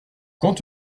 quant